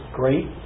great